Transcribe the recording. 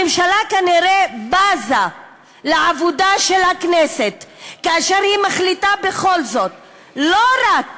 הממשלה כנראה בזה לעבודה של הכנסת כאשר היא מחליטה בכל זאת לא רק